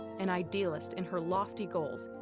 an idealist in her lofty goals,